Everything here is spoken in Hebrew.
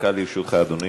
דקה לרשותך, אדוני.